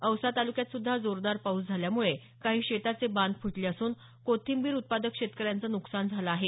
औसा तालुक्यात सुद्धा जोरदार पाऊस झाल्यामुळे काही शेताचे बांध फुटले असून कोथिंबर उत्पादक शेतकऱ्यांचं नुकसान झालं आहे